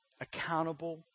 Accountable